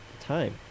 time